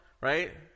right